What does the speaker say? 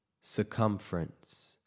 circumference